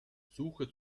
suche